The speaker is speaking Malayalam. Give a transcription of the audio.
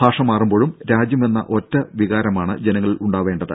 ഭാഷ മാറുമ്പോഴും രാജ്യമെന്ന് ഒറ്റവിചാരമാണ് ജനങ്ങളിൽ ഉണ്ടാകേണ്ടത്